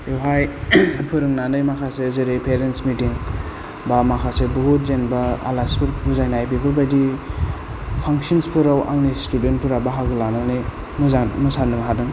बेयावहाय फोरोंनानै माखासे जेरै पेरेन्स मिटिं बा माखासे बुहुथ जेनबा आलासिफोर बुजायनाय बेफोरबायदि फांसन्स फोराव आंनि स्टुडेन्ट फोरा बाहागो लानानै मोजां मोसानो हादों